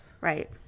Right